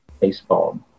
Baseball